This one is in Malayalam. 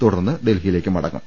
തുടർന്ന് ഡൽഹിയിലേക്ക് മടങ്ങും